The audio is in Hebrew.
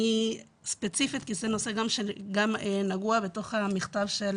אתייחס ספציפית כי גם נגעו בו במכתב של